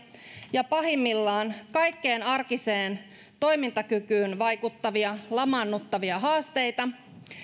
ja pahimmillaan kaikkeen arkiseen toimintakykyyn vaikuttavia lamaannuttavia haasteita